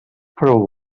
prou